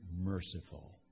merciful